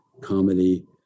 comedy